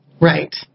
Right